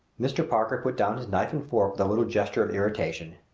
mr. parker put down his knife and fork with a little gesture of irritation.